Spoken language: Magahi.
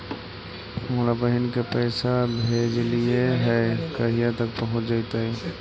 हमरा बहिन के पैसा भेजेलियै है कहिया तक पहुँच जैतै?